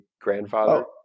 grandfather